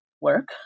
work